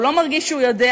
הוא לא מרגיש שהוא יודע,